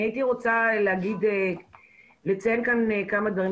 אני הייתי רוצה לציין כאן כמה דברים.